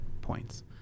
points